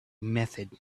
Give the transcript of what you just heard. method